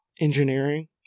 engineering